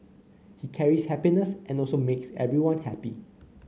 he carries happiness and also makes everyone happy